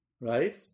right